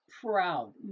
proud